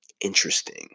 interesting